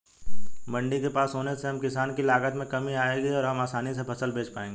मंडी के पास होने से हम किसान की लागत में कमी आएगी और हम आसानी से फसल बेच पाएंगे